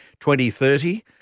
2030